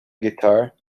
guitar